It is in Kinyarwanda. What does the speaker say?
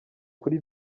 kuri